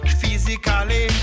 physically